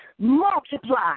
multiply